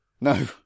No